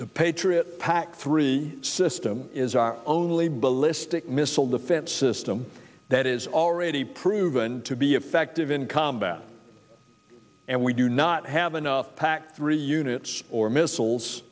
the patriot pac three system is our only ballistic missile defense system that is already proven to be effective in combat and we do not have enough pac three units or missiles